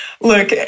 Look